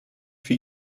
für